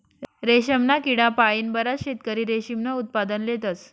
रेशमना किडा पाळीन बराच शेतकरी रेशीमनं उत्पादन लेतस